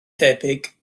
debyg